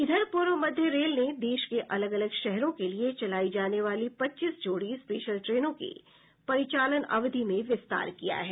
इधर पूर्व मध्य रेल ने देश के अलग अलग शहरों के लिए चलायी जाने वाली पच्चीस जोड़ी स्पेशल ट्रेनों के परिचालन अवधि में विस्तार किया है